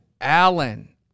Allen